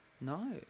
No